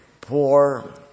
poor